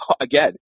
again